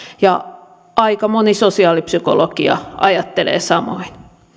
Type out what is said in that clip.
ja aika moni sosiaalipsykologi ajattelee samoin